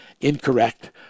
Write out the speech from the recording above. incorrect